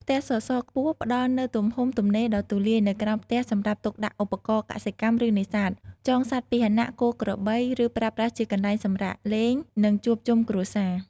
ផ្ទះសសរខ្ពស់ផ្តល់នូវទំហំទំនេរដ៏ទូលាយនៅក្រោមផ្ទះសម្រាប់ទុកដាក់ឧបករណ៍កសិកម្ម ឬនេសាទ ចងសត្វពាហនៈ គោ ក្របី ឬប្រើប្រាស់ជាកន្លែងសម្រាកលេង និងជួបជុំគ្រួសារ ។